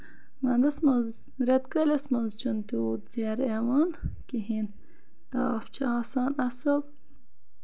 وَندَس منٛز رٮ۪تہٕ کٲلِس منٛز چھُنہٕ تیوٗتاہ جیرٕ یِوان کِہیٖنۍ نہٕ تاپھ چھُ آسان اَصٕل